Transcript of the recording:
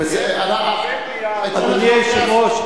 אדוני היושב-ראש,